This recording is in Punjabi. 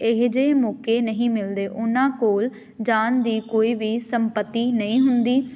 ਇਹੋ ਜਿਹੇ ਮੌਕੇ ਨਹੀਂ ਮਿਲਦੇ ਉਹਨਾਂ ਕੋਲ ਜਾਣ ਦੀ ਕੋਈ ਵੀ ਸੰਪੱਤੀ ਨਹੀਂ ਹੁੰਦੀ